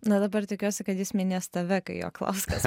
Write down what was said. na dabar tikiuosi kad jis minės tave kai jo klaus kas